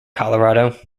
colorado